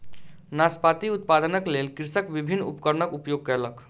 नाशपाती उत्पादनक लेल कृषक विभिन्न उपकरणक उपयोग कयलक